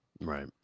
Right